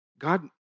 God